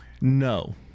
No